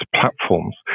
platforms